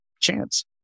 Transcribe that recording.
chance